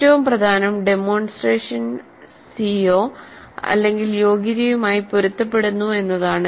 ഏറ്റവും പ്രധാനം demonstration CO യോഗ്യതയുമായി പൊരുത്തപ്പെടുന്നു എന്നതാണ്